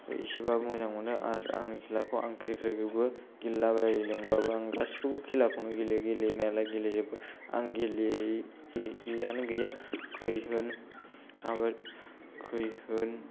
एसेबाबो मोजां मोनो आरो खेलाखौ आं क्रिकेट खौबो गेलेला बायो लिंबाबो आं गासैखौबो खेलाखौनो गेले गेले नायना गेलेजोबो आं गेलेयैयानो गैया खै होन एबा